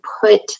put